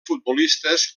futbolistes